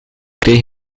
kreeg